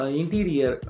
interior